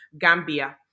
Gambia